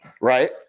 right